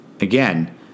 again